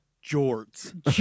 Jorts